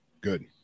Good